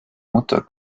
mutter